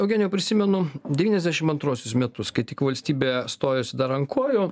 eugenijau prisimenu devyniasdešim antruosius metus kai tik valstybė stojosi dar ant kojų